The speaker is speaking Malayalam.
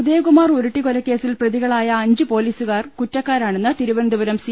ഉദയകുമാർ ഉരുട്ടിക്കൊലക്കേസിൽ പ്രതികളായ അഞ്ച് പൊ ലീ സു കാരെ കുറ്റ ക്കാരാണെന്ന് തിരു വനന്തപുരം സി